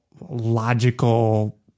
logical